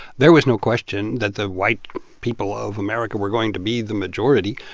there was no question that the white people of america were going to be the majority.